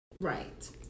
right